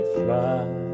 fly